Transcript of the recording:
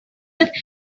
that